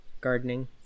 Gardening